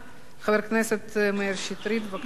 חבר הכנסת מאיר שטרית, בבקשה.